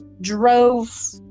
drove